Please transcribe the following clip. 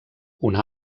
una